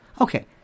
Okay